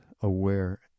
aware